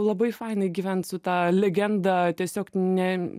labai fainai gyvent su ta legenda tiesiog ne